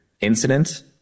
incident